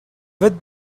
with